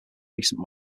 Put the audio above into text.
recent